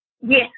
Yes